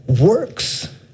works